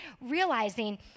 realizing